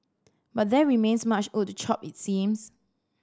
but there remains much wood to chop it seems